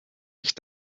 ich